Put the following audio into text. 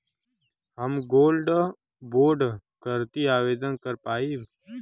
हम gold bond करती आवेदन कर पाईब?